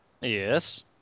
Yes